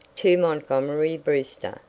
to montgomery brewster,